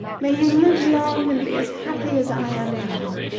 may you live long, and be as happy as i am now.